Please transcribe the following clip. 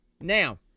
Now